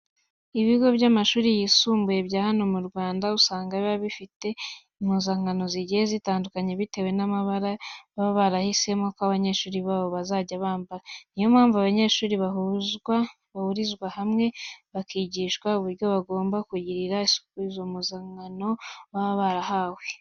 Ibigo by'amashuri yisumbuye bya hano mu Rwanda usanga biba bifite impuzankano zigiye zitandukanye bitewe n'amabara baba barahisemo ko abanyeshuri babo bazajya bambara. Niyo mpamvu, abanyeshuri bahurizwa hamwe bakigishwa uburyo bagomba kugirira isuku izo mpuzankano baba barahawe.